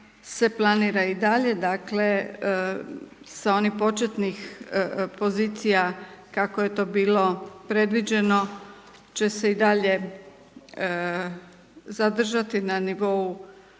se planira i dalje, dakle, s onih početnih pozicija, kako je to bilo predviđeno, će se i dalje zadržati na nivou